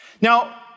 Now